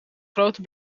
grote